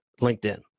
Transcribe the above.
LinkedIn